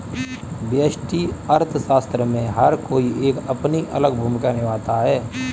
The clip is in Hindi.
व्यष्टि अर्थशास्त्र में हर कोई एक अपनी अलग भूमिका निभाता है